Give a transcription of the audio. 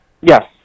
yes